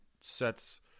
sets